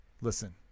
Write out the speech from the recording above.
listen